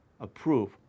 approve